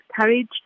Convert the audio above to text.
courage